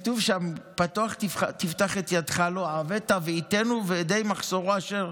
כתוב שם: "פתח תפתח את ידך לו והעבט תעביטנו די מחסרו אשר